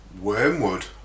Wormwood